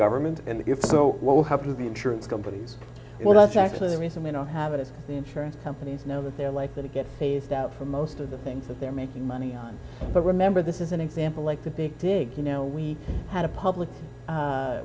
government and if so what will help you be insurance companies well that's actually the reason we don't have it the insurance companies know that they're likely to get phased out for most of the things that they're making money on but remember this is an example like the big dig you know we had a public